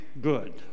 Good